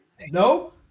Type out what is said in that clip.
No